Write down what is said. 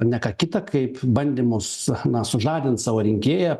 ne ką kita kaip bandymus cha na sužadint savo rinkėją